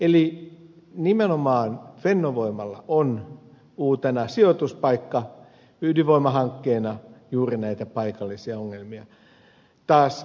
eli nimenomaan fennovoimalla on uutena sijoituspaikka ydinvoimahankkeena juuri näitä paikallisia ongelmia